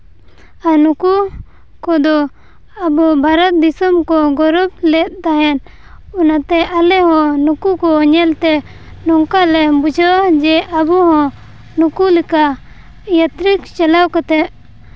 ᱟᱨ ᱱᱩᱠᱩ ᱠᱚᱫᱚ ᱟᱵᱚ ᱵᱷᱟᱨᱚᱛ ᱫᱤᱥᱚᱢ ᱠᱚ ᱜᱚᱨᱚᱵᱽ ᱞᱮᱫ ᱛᱟᱦᱮᱸᱫ ᱚᱱᱟᱛᱮ ᱟᱞᱮ ᱦᱚᱸ ᱱᱩᱠᱩ ᱠᱚ ᱧᱮᱞ ᱛᱮ ᱱᱚᱝᱠᱟ ᱞᱮ ᱵᱩᱡᱷᱟᱹᱣᱟ ᱡᱮ ᱟᱵᱚ ᱦᱚᱸ ᱱᱩᱠᱩ ᱞᱮᱠᱟ ᱡᱟᱛᱨᱤᱠ ᱪᱟᱞᱟᱣ ᱠᱟᱛᱮᱫ